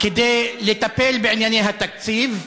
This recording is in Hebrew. כדי לטפל בענייני התקציב,